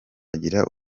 agira